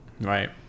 Right